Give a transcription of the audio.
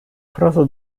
фраза